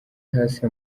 hasi